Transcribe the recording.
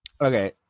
okay